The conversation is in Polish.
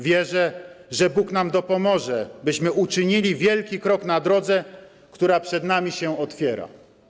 Wierzę, że Bóg nam dopomoże, byśmy uczynili wielki krok na drodze, która przed nami się otwiera.